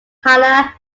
hannah